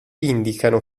indicano